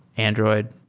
android.